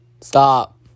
stop